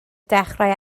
dechrau